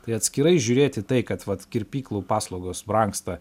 tai atskirai žiūrėt į tai kad vat kirpyklų paslaugos brangsta